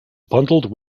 bundled